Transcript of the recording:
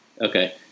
Okay